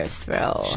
throw